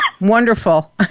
wonderful